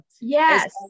yes